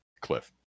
Cliff